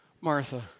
Martha